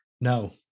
No